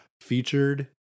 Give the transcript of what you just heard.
featured